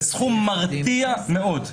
זה סכום מרתיע מאוד.